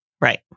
Right